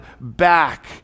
back